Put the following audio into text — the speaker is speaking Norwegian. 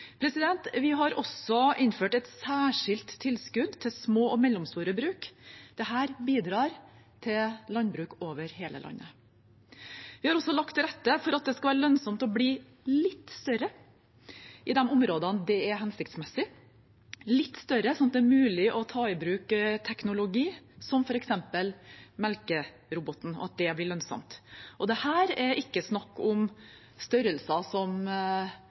Vi har også innført et særskilt tilskudd til små og mellomstore bruk. Dette bidrar til landbruk over hele landet. Vi har også lagt til rette for at det skal være lønnsomt å bli litt større i de områdene det er hensiktsmessig, litt større så det er mulig å ta i bruk teknologi som f.eks. melkeroboten, at det blir lønnsomt. Og her er det ikke snakk om størrelser som